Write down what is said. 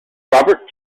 robert